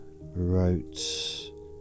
wrote